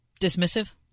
dismissive